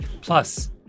Plus